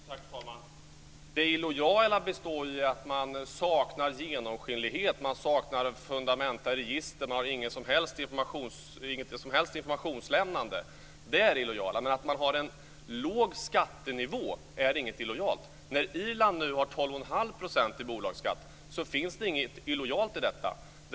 Fru talman! Det illojala består i att man saknar genomskinlighet, man saknar fundamenta i register och man har inget som helst informationslämnande. Det är illojalt. Men att man har en låg skattenivå är inte illojalt. När Irland nu har 12 1⁄2 % i bolagskatt finns det inget illojalt i detta.